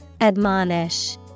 admonish